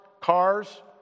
cars